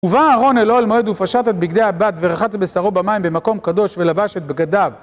ובא אהרון אל אוהל מועד ופשט את בגדי הבד ורחץ בשרו במים במקום קדוש ולבש את בגדיו